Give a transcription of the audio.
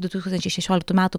du tūkstančiai šešioliktų metų